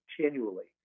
continually